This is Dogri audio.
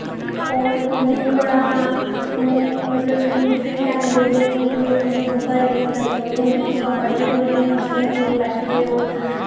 और उ'नेई पढ़ाना मतलब कि फ्री टाइम बेहियै बी में उं'दी बुकां रीडिंग करदे रौह्न्नी उंदी बुकां पढ़दी रौह्न्नी होन्नी जि'यां कि ओह् बैठे दे होन